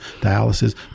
dialysis